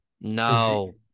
No